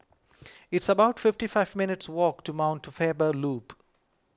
it's about fifty five minutes' walk to Mount Faber Loop